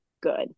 good